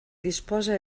disposa